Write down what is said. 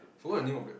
forgot the name of that